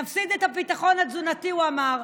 נפסיד את הביטחון התזונתי, הוא אמר,